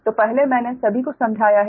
तो पहले मैंने सभी कुछ समझाया है